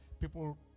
people